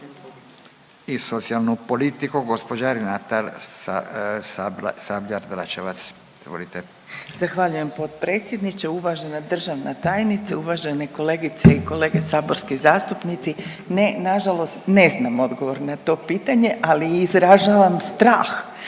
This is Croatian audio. **Sabljar-Dračevac, Renata (Socijaldemokrati)** Zahvaljujem potpredsjedniče. Uvažena državna tajnice, uvažene kolegice i kolege saborski zastupnici, ne, nažalost ne znam odgovor na to pitanje, ali izražavam strah